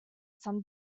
some